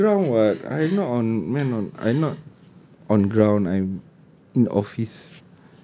I'm ground [what] I'm not on ma'am I'm not on ground I'm in office